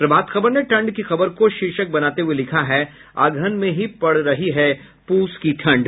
प्रभात खबर ने ठंड की खबर को शीर्षक बनाते हुये लिखा है अगहन में ही पड़ रही है पूस की ठंड